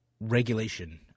regulation